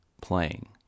Playing